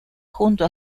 junto